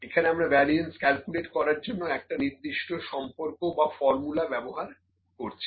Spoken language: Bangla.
এখানে আমরা ভ্যারিয়েন্স ক্যালকুলেশন করার জন্য একটা নির্দিষ্ট সম্পর্ক বা ফর্মুলা ব্যবহার করছি